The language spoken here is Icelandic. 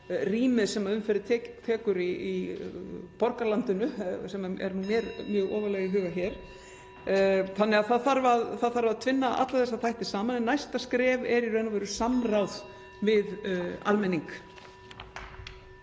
rýmið sem umferðin tekur í borgarlandinu, sem er mér mjög ofarlega í huga. (Forseti hringir.) Það þarf að tvinna alla þessa þætti saman en næsta skref er í raun og veru samráð við almenning.